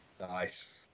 Nice